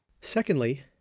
Secondly